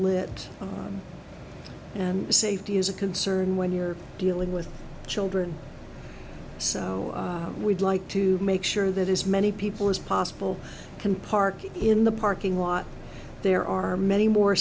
lit and safety is a concern when you're dealing with children so we'd like to make sure that is many people as possible can park in the parking lot there are many more